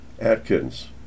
Atkins